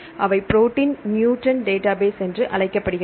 அவை protein mutant database என்று அழைக்கப்படுகிறது